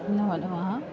नमो नमः